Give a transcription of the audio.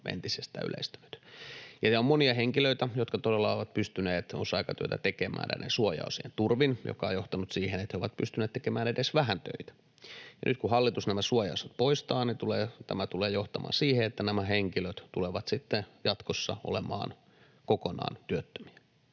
entisestään yleistynyt. On monia henkilöitä, jotka todella ovat pystyneet osa-aikatyötä tekemään näiden suojaosien turvin, mikä on johtanut siihen, että he ovat pystyneet tekemään edes vähän töitä, ja nyt kun hallitus nämä suojaosat poistaa, niin tämä tulee johtamaan siihen, että nämä henkilöt tulevat sitten jatkossa olemaan kokonaan työttömiä.